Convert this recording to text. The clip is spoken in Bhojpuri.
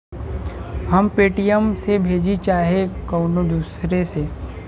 हम पेटीएम से भेजीं चाहे कउनो दूसरे से